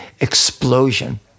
explosion